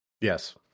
yes